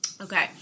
Okay